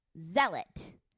zealot